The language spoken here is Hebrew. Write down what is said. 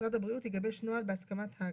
משרד הבריאות יגבש נוהל בהסכמת הג"א,